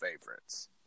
favorites